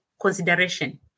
consideration